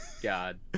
god